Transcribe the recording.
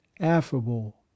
affable